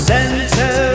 Center